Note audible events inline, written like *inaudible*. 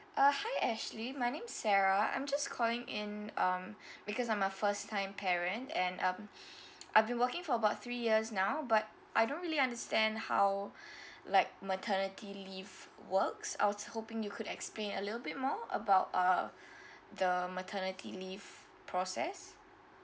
uh hi ashley my name is sarah I'm just calling in um *breath* because I'm a first time parent and um *breath* I've been working for about three years now but I don't really understand how *breath* like maternity leave works I was hoping you could explain a little bit more about uh the maternity leave process